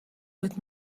with